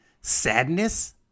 sadness